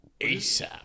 ASAP